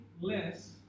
less